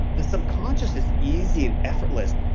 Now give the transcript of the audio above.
the subconscious is easy and effortless